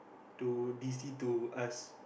to D_C to us